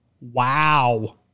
Wow